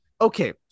okay